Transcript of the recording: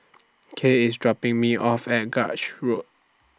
Kay IS dropping Me off At Grange Road